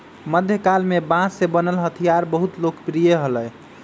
मध्यकाल में बांस से बनल हथियार बहुत लोकप्रिय हलय